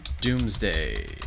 Doomsday